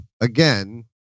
again